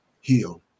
heal